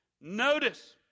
notice